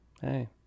Hey